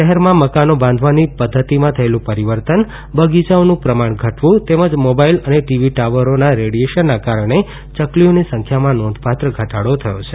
શહેરમાં મકાનો બાંધવાની પધ્ધતિમાં થયેલુ પરીવર્તન બગીચાઓનું પ્રમાણ ઘટવુ તેમજ મોબાઇલ અને ટીવી ટાવરોના રેડીએશનના કારણે ચકલીઓની સંખ્યામાં નોંધપાત્ર ઘટાડો થયો છે